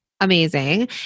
amazing